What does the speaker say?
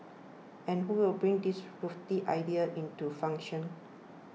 and who will bring these lofty ideas into function